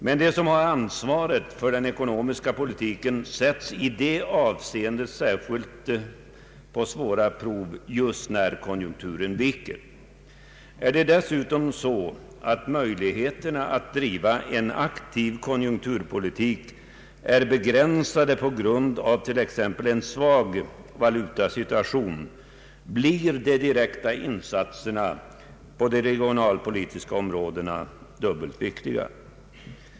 Men de som har ansvaret för den ekonomiska politiken sätts i det avseendet på särskilt svåra prov just när konjunkturen viker. Är dessutom möjligheterna att driva en aktiv konjunkturpolitik begränsade, på grund av t.ex. en svag valutasituation, blir de direkta insatserna på det regionalpolitiska området dubbeit viktiga.